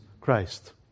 Christ